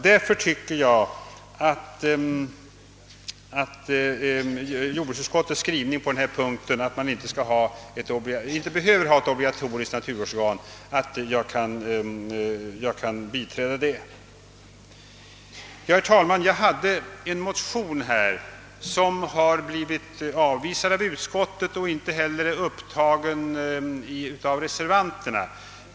Därför tycker jag att jag kan biträda jordbruksutskottets skrivning på denna punkt innebärande att kommunerna inte behöver obligatoriskt ha ett naturvårdsorgan, det kommer ändå. Herr talman! Jag har en motion som blivit avstyrkt av utskottet och som inte heller tagits upp i reservation.